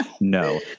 No